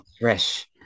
fresh